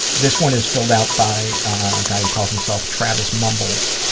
this one is filled out by a guy who calls himself travis mumbles.